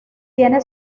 tiene